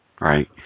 Right